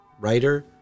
writer